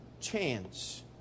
chance